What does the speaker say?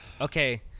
okay